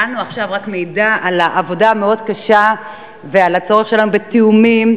נתקלנו עכשיו רק מעידה על העבודה המאוד-קשה ועל הצורך שלנו בתיאומים,